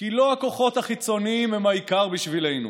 כי לא הכוחות החיצוניים הם העיקר בשבילנו,